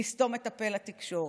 בלסתום את הפה לתקשורת?